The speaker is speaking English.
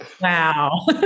wow